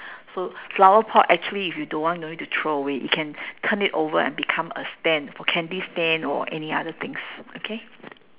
so flower pot actually if you don't want no need to throw away you can turn it over and become a stand a candy stand or any other things okay